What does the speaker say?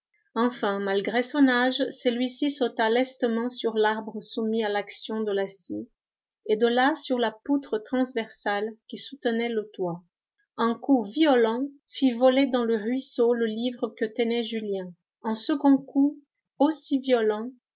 enfin malgré son âge celui-ci sauta lestement sur l'arbre soumis à l'action de la scie et de là sur la poutre transversale qui soutenait le toit un coup violent fit voler dans le ruisseau le livre que tenait julien un second coup aussi violent